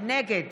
נגד